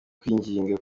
kwinginga